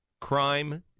crime